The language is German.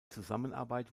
zusammenarbeit